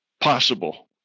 possible